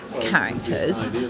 characters